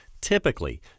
Typically